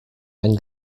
ein